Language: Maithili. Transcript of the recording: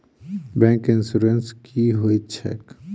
बैंक इन्सुरेंस की होइत छैक?